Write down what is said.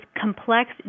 Complex